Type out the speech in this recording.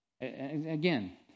Again